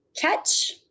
catch